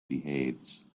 behaves